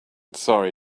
sorry